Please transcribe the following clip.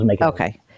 Okay